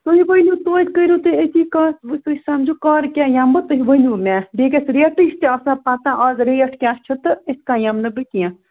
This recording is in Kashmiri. تُہۍ ؤنِو توتہِ کٔرِو تُہۍ أتی کتھ وۅنۍ تُہۍ سَمجھِو کَر کیٛاہ یِمہٕ بہٕ تُہۍ ؤنِو مےٚ بیٚیہِ گژھِ ریٹٕچ تہِ آسان پَتہٕ اَز ریٹ کیٛاہ چھُ تہٕ یِتھٕ کٔنۍ یِمہٕ نہٕ بہٕ کیٚنٛہہ